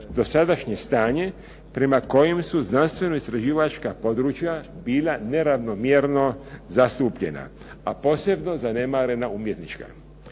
dosadašnje stanje prema kojem su znanstveno-istraživačka područja bila neravnomjerno zastupljena, a posebno zanemarena umjetnička.